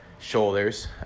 shoulders